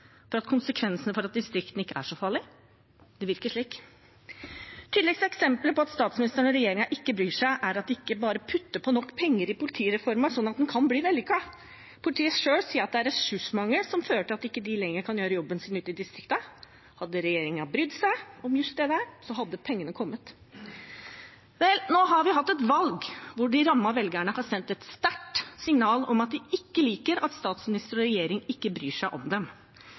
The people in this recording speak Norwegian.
konsekvensene for distriktene ikke er så farlig? Det virker slik. Det tydeligste eksemplet på at statsministeren og regjeringen ikke bryr seg, er at de ikke bare putter på nok penger i nærpolitireformen sånn at den kan bli vellykket. Politiet selv sier at det er ressursmangel som fører til at de ikke lenger kan gjøre jobben sin ute i distriktene. Hadde regjeringen brydd seg om just det, så hadde pengene kommet. Nå har vi hatt et valg hvor de rammede velgerne har sendt et sterkt signal om at de ikke liker at statsminister og regjering ikke bryr seg om dem.